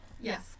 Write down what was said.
Yes